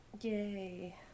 Yay